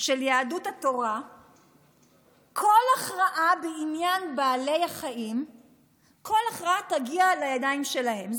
של יהדות התורה כל הכרעה בעניין בעלי החיים תגיע לידיים שלהם.